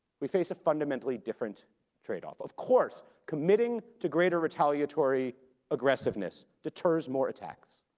we face a fundamentally different trade off. of course committing to greater retaliatory aggressiveness deters more attacks,